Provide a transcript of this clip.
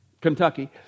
Kentucky